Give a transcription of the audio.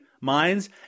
minds